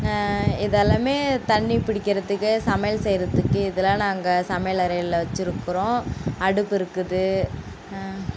இதெல்லாம் தண்ணி பிடிக்கிறதுக்கு சமையல் செய்கிறதுக்கு இதெல்லாம் நாங்க சமையல் அறையில் வச்சிருக்கறோம் அடுப்பு இருக்குது